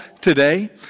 today